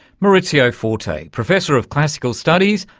maurizio forte, professor of classical studies,